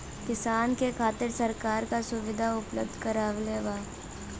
किसान के खातिर सरकार का सुविधा उपलब्ध करवले बा?